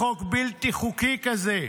לחוק בלתי חוקי כזה?